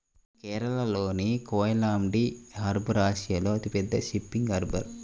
కేరళలోని కోయిలాండి హార్బర్ ఆసియాలో అతిపెద్ద ఫిషింగ్ హార్బర్